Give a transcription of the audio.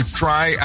try